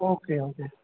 okay okay